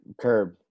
Curb